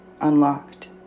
unlocked